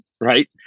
right